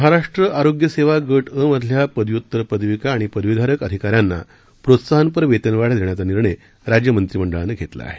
महाराष्ट्र आरोग्य सेवा गट अ मधल्या पदव्युत्तर पदविका आणि पदवीधारक अधिकाऱ्यांना प्रोत्साहनपर वेतनवाढ देण्याचा निर्णय राज्य मंत्रिमंडळानं घेतला आहे